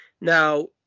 Now